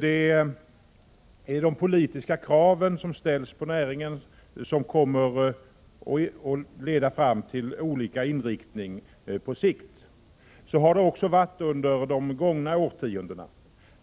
Det är de politiska kraven som ställs på näringen som kommer att leda fram till olika inriktning på sikt. Så har det också varit under de gångna årtiondena.